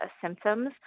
symptoms